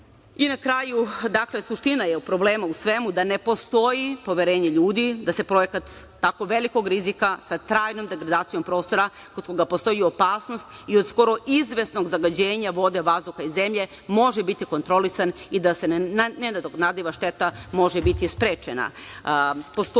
kraju, suština problema je da ne postoji poverenje ljudi da se projekat tako velikog rizika, sa trajnom degradacijom prostora, kod koga postoji opasnost i od skoro izvesnog zagađenja vode, vazduha i zemlje, može biti kontrolisan i da nenadoknadiva šteta može biti sprečena. Postoji